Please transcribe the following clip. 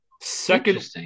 Second